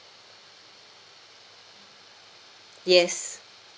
yes